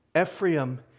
Ephraim